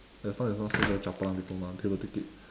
as long as not chapalang diploma they'll take it